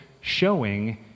showing